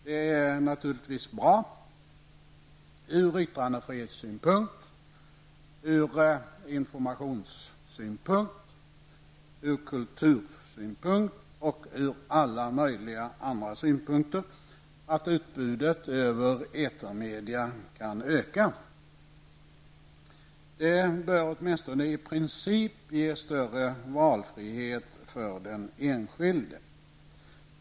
Det är naturligtvis bra ur yttrandefrihetssynpunkt, ur informationssynpunkt, ur kultursynpunkt och ur många andra synpunkter att utbudet över etermedia kan öka. Det bör åtminstone i princip ge större valfrihet för den enskilde.